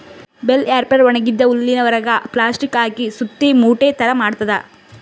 bell wrapper ಒಣಗಿದ್ದ್ ಹುಲ್ಲಿನ್ ಹೊರೆಗ್ ಪ್ಲಾಸ್ಟಿಕ್ ಹಾಕಿ ಸುತ್ತಿ ಮೂಟೆ ಥರಾ ಮಾಡ್ತದ್